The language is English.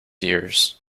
ears